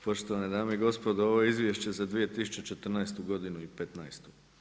Poštovane dame i gospodo, ovo je izvješće za 2014. godinu i 2015.